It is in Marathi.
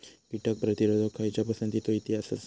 कीटक प्रतिरोधक खयच्या पसंतीचो इतिहास आसा?